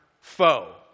foe